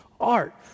art